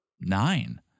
nine